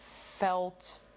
felt